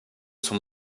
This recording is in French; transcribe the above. son